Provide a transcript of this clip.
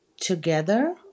together